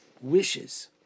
wishes